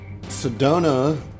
Sedona